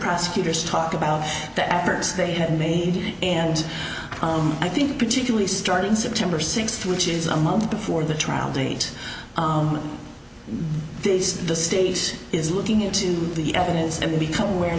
prosecutors talk about the efforts they had made and i think particularly starting september sixth which is a month before the trial date this the state is looking into the evidence and they become aware